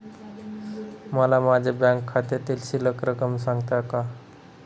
मला माझ्या बँक खात्यातील शिल्लक रक्कम सांगता का?